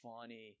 funny